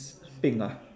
pink ah